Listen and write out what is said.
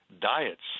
Diets